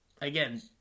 Again